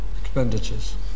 expenditures